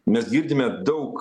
mes girdime daug